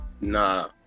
Nah